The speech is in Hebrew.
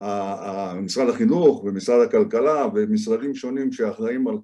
משרד החינוך ומשרד הכלכלה ומשרדים שונים שאחראים על